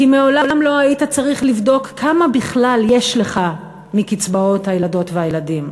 כי מעולם לא היית צריך לבדוק כמה בכלל יש לך מקצבאות הילדות והילדים,